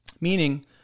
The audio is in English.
Meaning